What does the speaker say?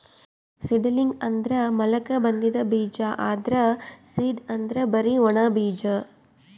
seedling ಅಂದ್ರ ಮೊಳಕೆ ಬಂದಿದ್ ಬೀಜ, ಆದ್ರ್ ಸೀಡ್ ಅಂದ್ರ್ ಬರಿ ಒಣ ಬೀಜ